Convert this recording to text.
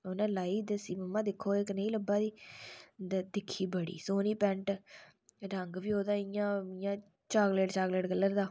उ'नें लाई दस्सी मम्मा एह् दिक्खो कनेही लब्भा दी दिक्खी बड़ी सोहनी पैंट रंग बी ओह्दा इ'यां इ'यां चाकलेट चाकलेट कल्लर दा